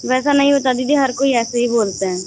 वैसा नहीं होता दीदी हर कोई ऐसे ही बोलते हैं